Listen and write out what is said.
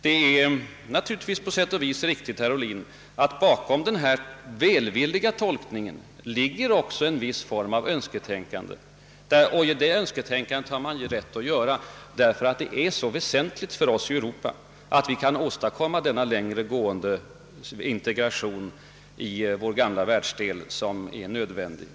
Det är naturligtvis på sätt och vis riktigt, herr Ohlin, att det bakom min — låt mig säga — välvilliga tolkning ligger ett slags önsketänkande, men ett sådant önsketänkande har man rätt till, eftersom det är så väsentligt för oss att medverka till den längre gående integration som är nödvändig i vår gamla världsdel.